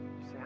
say